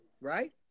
right